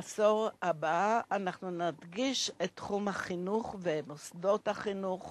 בעשור הקרוב הדגש במוסדות החינוך